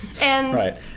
Right